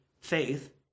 faith